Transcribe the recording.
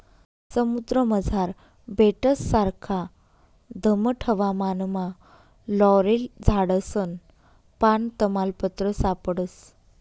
समुद्रमझार बेटससारखा दमट हवामानमा लॉरेल झाडसनं पान, तमालपत्र सापडस